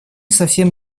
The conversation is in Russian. совсем